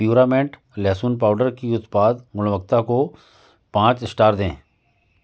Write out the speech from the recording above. प्युरामेट लहसुन पाउडर की उत्पाद गुणवत्ता को पाँच स्टार दें